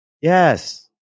yes